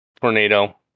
tornado